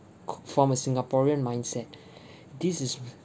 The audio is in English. c~ from a singaporean mindset this is